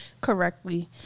correctly